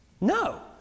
No